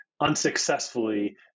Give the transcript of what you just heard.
unsuccessfully